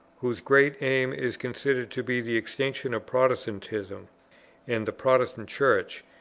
whose great aim is considered to be the extinction of protestantism and the protestant church,